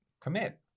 Commit